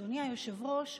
אדוני היושב-ראש,